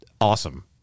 awesome